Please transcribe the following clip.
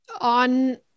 on